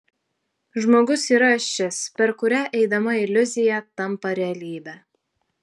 žmogus yra ašis per kurią eidama iliuzija tampa realybe